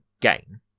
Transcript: game